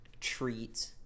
treat